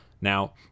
Now